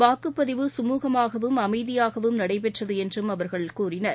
வாக்குப் பதிவு கமூகமாகவும் அமைதியாகவும் நடைபெற்றது என்றும் அவர்கள் கூறினார்